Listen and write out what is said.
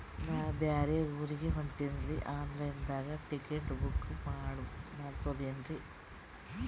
ನಾ ಬ್ಯಾರೆ ಊರಿಗೆ ಹೊಂಟಿನ್ರಿ ಆನ್ ಲೈನ್ ದಾಗ ಟಿಕೆಟ ಬುಕ್ಕ ಮಾಡಸ್ಬೋದೇನ್ರಿ?